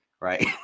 right